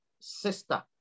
sister